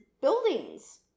buildings